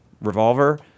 Revolver